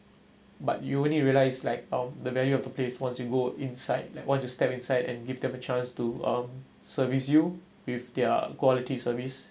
but you only realize like um the value of the place once you go inside like once you step inside and give them a chance to um service you with their quality service